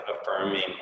affirming